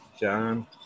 John